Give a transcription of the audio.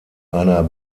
einer